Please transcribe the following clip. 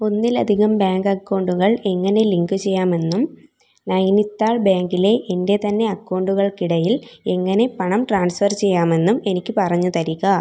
ഒന്നിലധികം ബാങ്ക് അക്കൗണ്ടുകൾ എങ്ങനെ ലിങ്ക് ചെയ്യാമെന്നും നൈനിതാൾ ബാങ്കിലെ എൻ്റെ തന്നെ അക്കൗണ്ടുകൾക്കിടയിൽ എങ്ങനെ പണം ട്രാൻസ്ഫർ ചെയ്യാമെന്നും എനിക്ക് പറഞ്ഞു തരിക